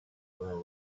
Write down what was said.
were